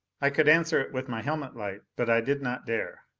i could answer it with my helmet light, but i did not dare.